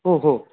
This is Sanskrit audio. ओ हो